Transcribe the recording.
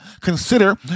consider